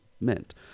meant